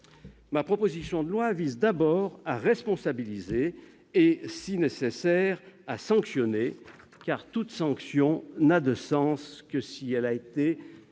Ma proposition de loi tend d'abord à responsabiliser et, si nécessaire, à sanctionner, car une sanction n'a de sens que si elle a été